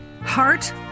heart